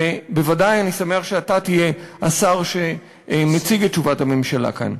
ובוודאי אני שמח שאתה תהיה השר שמציג את תשובת הממשלה כאן.